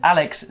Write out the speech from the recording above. Alex